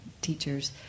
teachers